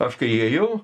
aš kai įėjau